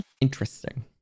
interesting